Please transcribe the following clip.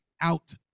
out